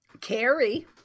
Carrie